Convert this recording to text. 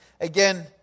Again